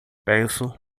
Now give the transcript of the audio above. penso